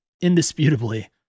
indisputably